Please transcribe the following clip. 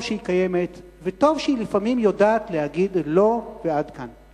טוב שהיא קיימת וטוב שהיא לפעמים יודעת להגיד לא ועד כאן.